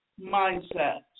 Mindset